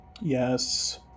Yes